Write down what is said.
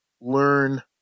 learn